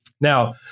Now